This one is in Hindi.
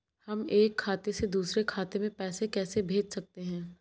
हम एक खाते से दूसरे खाते में पैसे कैसे भेज सकते हैं?